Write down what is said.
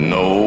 no